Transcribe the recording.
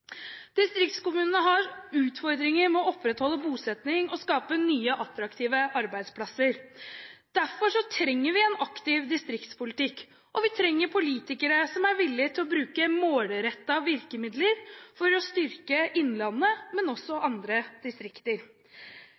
Distriktskommunene har utfordringer med å opprettholde bosettingen og skape nye attraktive arbeidsplasser. Derfor trenger vi en aktiv distriktspolitikk. Vi trenger politikere som er villig til å bruke målrettede virkemidler for å styrke innlandet, men også andre distrikter.